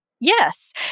Yes